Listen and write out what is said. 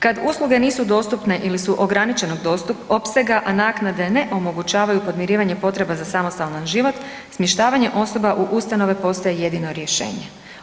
Kad usluge nisu dostupne ili su ograničenog opsega, a naknade ne omogućavaju podmirivanje potreba za samostalan život, smještavanje osoba u ustanove postaje jedino rješenje.